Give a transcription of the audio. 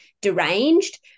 deranged